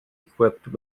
equipped